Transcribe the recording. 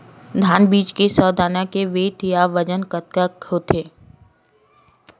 धान बीज के सौ दाना के वेट या बजन कतके होथे?